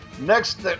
Next